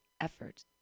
effort